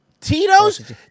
Tito's